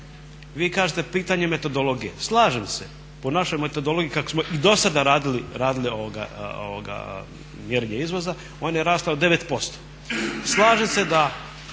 vi kažete pitanje metodologije, slažem se po našoj metodologiji kako smo i do sada radili mjerenje izvoza on je rastao 9%, slažem se da